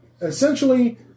essentially